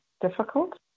difficult